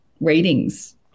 readings